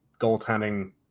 goaltending